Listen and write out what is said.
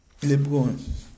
LeBron